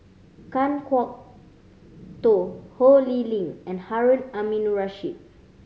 Kan Kwok Toh Ho Lee Ling and Harun Aminurrashid